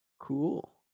Cool